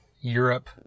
Europe